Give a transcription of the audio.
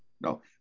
no